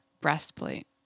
breastplate